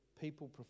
people